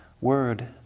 word